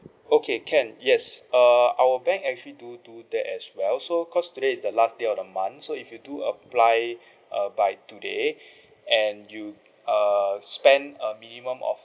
okay can yes err our bank actually do do that as well so because today is the last day of the month so if you do apply uh by today and you err spend a minimum of